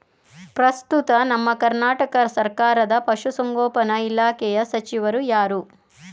ಪ್ರಸ್ತುತ ನಮ್ಮ ಕರ್ನಾಟಕ ಸರ್ಕಾರದ ಪಶು ಸಂಗೋಪನಾ ಇಲಾಖೆಯ ಸಚಿವರು ಯಾರು?